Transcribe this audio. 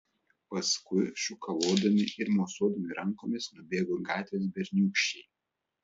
paskui šūkalodami ir mosuodami rankomis nubėgo gatvės berniūkščiai